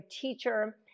teacher